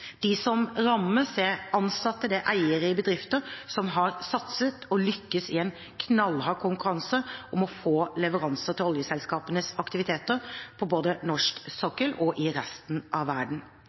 De som rammes, er ansatte og eiere i bedrifter, som har satset og lyktes i en knallhard konkurranse om å få leveranser til oljeselskapenes aktiviteter på både norsk sokkel og i resten av verden.